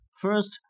First